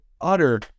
utter